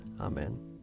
Amen